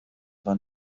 fan